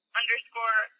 underscore